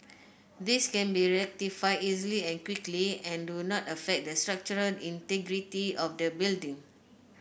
these can be rectified easily and quickly and do not affect the structural integrity of the building